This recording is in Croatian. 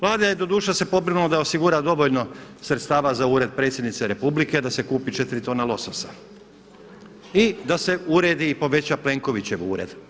Vlada je doduše se pobrinula da osigura dovoljno sredstava za Ured Predsjednice Republike, da se kupi 4 tone lososa i da se uredi i poveća Plenkovićev ured.